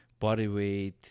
bodyweight